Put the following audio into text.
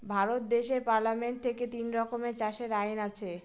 ভারত দেশের পার্লামেন্ট থেকে তিন রকমের চাষের আইন আছে